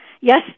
yes